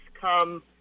come